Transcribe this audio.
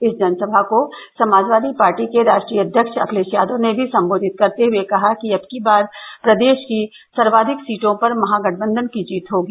इस जनसभा को समाजवादी पार्टी के राश्ट्रीय अध्यक्ष अखिलेष यादव ने भी सम्बोधित करते हुये कहा कि अबकी बार प्रदेस की सर्वाधिक सीटों पर महागठबंधन की जीत होगी